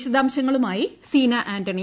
വിശദാംശങ്ങളുമായി സീന ആന്റണി